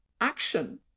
action